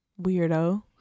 weirdo